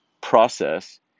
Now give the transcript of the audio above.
process